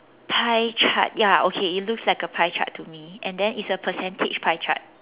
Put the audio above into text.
pie chart ya okay it looks like a pie chart to me and then it's a percentage pie chart